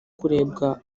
kurebwa